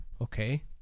Okay